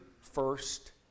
first